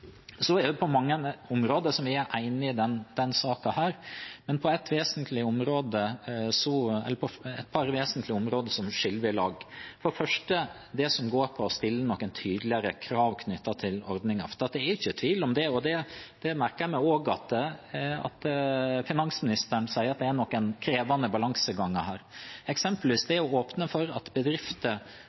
På mange områder er vi enige i denne saken, men på et par vesentlige områder skiller vi lag, for det første på det som går på å stille noen tydeligere krav knyttet til ordningen. For det er ikke tvil om – og det merker jeg meg også at finansministeren sier – at det er noen krevende balanseganger her. Eksempelvis det å åpne for at bedrifter